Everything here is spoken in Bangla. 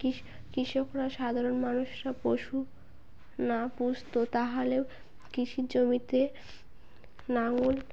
কি কৃষকরা সাধারণ মানুষরা পশু না পুষত তাহলেও কৃষির জমিতে লাঙল